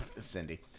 Cindy